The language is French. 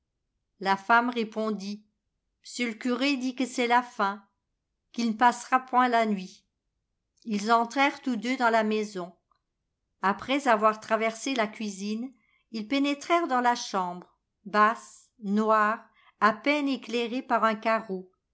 la femme répondit m'sieu le curé dit que c'est la fin qu'il n'passera point la nuit ils entrèrent tous deux dans la maison après avoir traversé la cuisine ils pénétrèrent dans la chambre basse noire à peine éclairée par un carreau